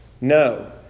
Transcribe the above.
No